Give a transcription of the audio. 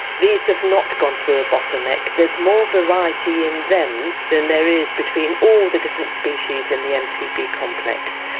these have not gone through a bottleneck, there's more variety in them than there is between all the different species in the mtb complex.